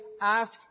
ask